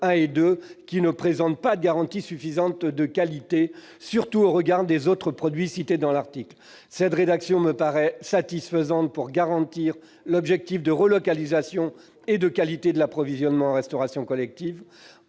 et 2, qui ne présentent pas de garanties suffisantes de qualité, surtout au regard des autres produits cités dans l'article. Cette rédaction me paraît satisfaisante pour garantir l'objectif de relocalisation et de qualité de l'approvisionnement en restauration collective,